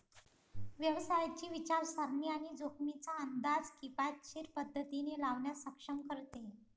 व्यवसायाची विचारसरणी आणि जोखमींचा अंदाज किफायतशीर पद्धतीने लावण्यास सक्षम करते